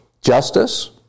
justice